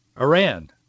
Iran